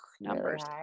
numbers